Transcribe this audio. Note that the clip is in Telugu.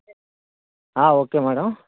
ఆ ఓకే మేడమ్